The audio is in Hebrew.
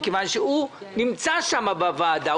כי הוא נמצא שם בוועדה.